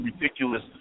Ridiculous